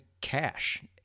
cash